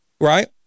right